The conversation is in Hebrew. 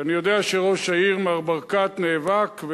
שאני יודע שראש העיר מר ברקת נאבק בה,